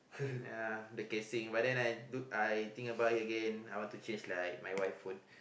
ya the casing but then I I think about it ggain I want to change lah my wife phone